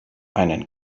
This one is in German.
einen